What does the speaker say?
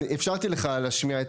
אפשרתי לך להשמיע,